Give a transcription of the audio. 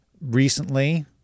Recently